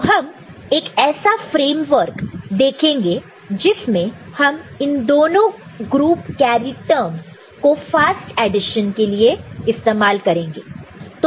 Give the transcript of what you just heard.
तो हम एक ऐसा फ़्रेम्वर्क देखेंगे जिसमें हम इन दोनों ग्रुप कैरी टर्मस को फास्ट एडिशन के लिए इस्तेमाल करेंगे